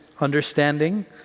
understanding